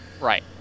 right